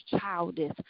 childish